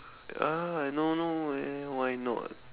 ya I don't know eh why not